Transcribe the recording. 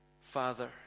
father